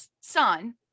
son